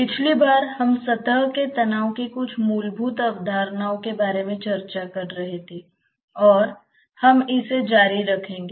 पिछली बार हम सतह के तनाव की कुछ मूलभूत अवधारणाओं के बारे में चर्चा कर रहे थे और हम इसे जारी रखेंगे